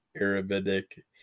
arabic